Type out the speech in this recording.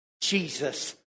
Jesus